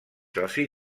soci